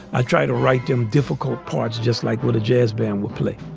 i try to write them difficult parts, just like with a jazz band would play.